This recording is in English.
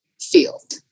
Field